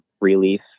relief